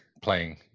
playing